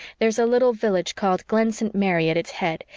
there's a little village called glen st. mary at its head,